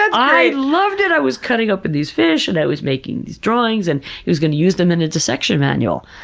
i loved it. i was cutting open these fish, and i was making these drawings, and he was going to use them in a dissection manual.